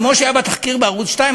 כמו שהיה בתחקיר בערוץ 2,